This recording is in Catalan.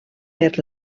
per